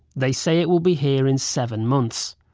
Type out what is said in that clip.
they say it will be here in seven months.